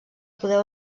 poder